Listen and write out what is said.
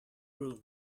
room